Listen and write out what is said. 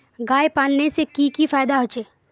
गाय पालने से की की फायदा होचे?